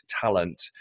talent